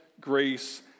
grace